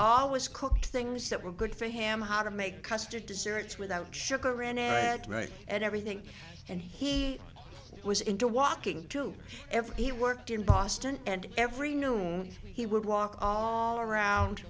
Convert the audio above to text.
always cooked things that were good for ham how to make custard desserts without sugar and right and everything and he was into walking to every he worked in boston and every noon he would walk all around